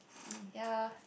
ya